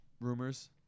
rumors